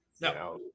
No